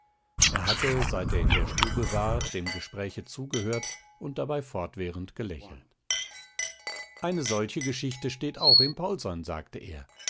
er hatte seit er in der stube war dem gespräche zugehört und dabei fortwährend gelächelt eine solche geschichte steht auch im paulson sagte er